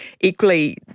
Equally